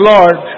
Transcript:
Lord